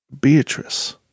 Beatrice